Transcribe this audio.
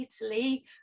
Italy